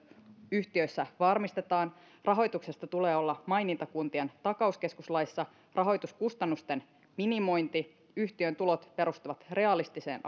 yhtiöissä varmistetaan rahoituksesta tulee olla maininta kuntien takauskeskus laissa rahoituskustannusten minimointi yhtiön tulot perustuvat realistiseen